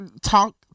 talk